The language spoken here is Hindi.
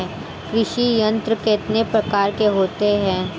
कृषि यंत्र कितने प्रकार के होते हैं?